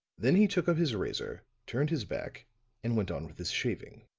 then he took up his razor, turned his back and went on with his shaving.